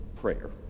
prayer